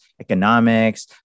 economics